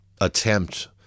attempt